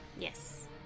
Yes